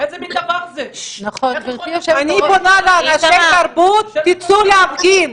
אני פונה לאנשי התרבות, תצאו להפגין.